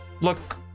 look